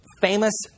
famous